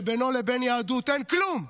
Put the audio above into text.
שבינו לבין יהדות אין כלום,